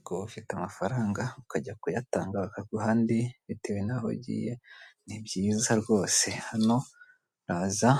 Ngo ufite amafaranga ukajya kuyatanga hakaguha andi bitewe n'aho ugiye ni byiza rwose hano uraza